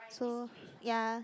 so ya